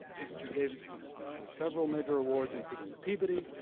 mr. davidson has won several major awards, including the peabody,